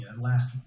last